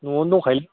न'आवनो दंखायो लै